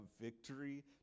victory